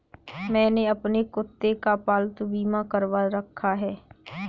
मैंने अपने कुत्ते का पालतू बीमा करवा रखा है